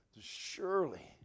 surely